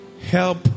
Help